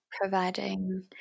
providing